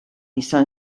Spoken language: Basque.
izan